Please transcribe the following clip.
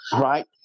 right